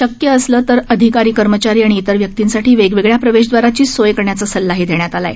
शक्य असल्यास अधिकारी कर्मचारी आणि इतर व्यक्तींसाठी वेगवेगळ्या प्रवेशदवाराची सोय करण्याचा सल्लाही देण्यात आलाय